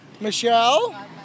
Michelle